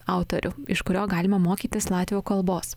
autorių iš kurio galima mokytis latvių kalbos